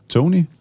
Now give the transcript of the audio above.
Tony